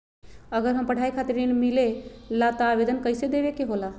अगर पढ़ाई खातीर ऋण मिले ला त आवेदन कईसे देवे के होला?